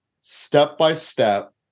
step-by-step